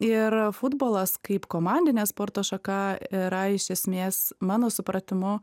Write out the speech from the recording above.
ir futbolas kaip komandinė sporto šaka yra iš esmės mano supratimu